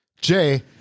Jay